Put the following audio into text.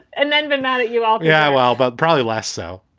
and then been mad at you all yeah, well, but probably less so.